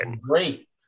great